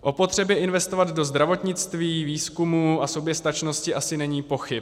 O potřebě investovat do zdravotnictví, výzkumu a soběstačnosti asi není pochyb.